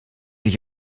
sich